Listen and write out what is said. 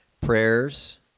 prayers